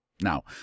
Now